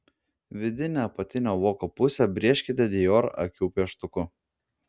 vidinę apatinio voko pusę brėžkite dior akių pieštuku